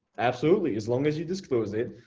absolutely. as long as you disclose it,